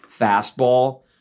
fastball